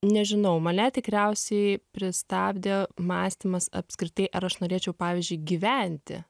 nežinau mane tikriausiai pristabdė mąstymas apskritai ar aš norėčiau pavyzdžiui gyventi